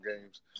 games